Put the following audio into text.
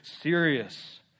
serious